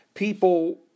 People